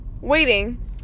waiting